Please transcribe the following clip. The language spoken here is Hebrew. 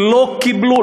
לא קיבלו,